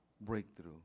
breakthrough